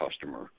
customer